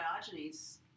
Diogenes